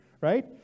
right